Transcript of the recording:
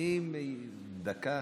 אם דקה אחת,